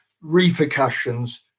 repercussions